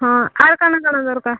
ହଁ ଆଉ କ'ଣ କ'ଣ ଦରକାର